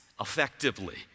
effectively